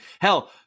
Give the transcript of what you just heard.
hell